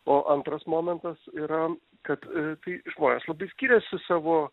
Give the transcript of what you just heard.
o antras momentas yra kad tai žmonės labai skiriasi savo